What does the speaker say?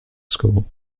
school